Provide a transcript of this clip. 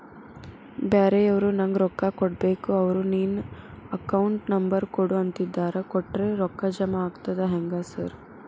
ಬ್ಯಾರೆವರು ನಂಗ್ ರೊಕ್ಕಾ ಕೊಡ್ಬೇಕು ಅವ್ರು ನಿನ್ ಅಕೌಂಟ್ ನಂಬರ್ ಕೊಡು ಅಂತಿದ್ದಾರ ಕೊಟ್ರೆ ರೊಕ್ಕ ಜಮಾ ಆಗ್ತದಾ ಹೆಂಗ್ ಸಾರ್?